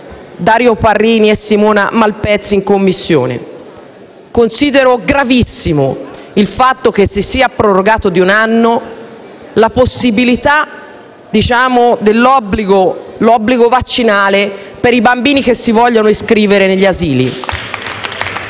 Dario Parrini e Simona Malpezzi in Commissione. Considero gravissimo il fatto che si sia prorogata di un anno la possibilità dell'obbligo vaccinale per i bambini che si vogliono iscrivere negli asili.